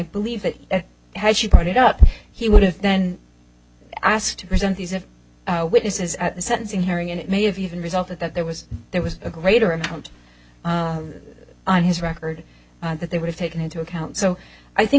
believe it has she brought it up he would have then asked to present these are witnesses at the sentencing hearing and it may have even result that that there was there was a greater amount on his record that they would have taken into account so i think